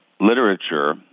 literature